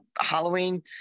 Halloween